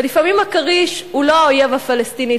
ולפעמים הכריש הוא לא האויב הפלסטיני,